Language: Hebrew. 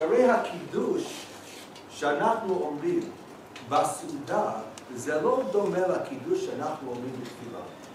דברי הקידוש שאנחנו עומדים בסעודה זה לא דומה לקידוש שאנחנו עומדים בכתיבה.